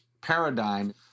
paradigm